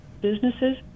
businesses